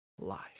life